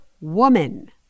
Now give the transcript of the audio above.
woman